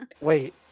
Wait